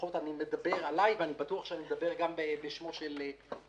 לפחות אני מדבר עליי ואני בטוח שאני מדבר גם בשמו של המנכ"ל,